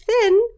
thin